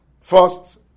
First